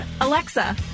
Alexa